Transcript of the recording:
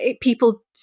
People